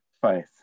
faith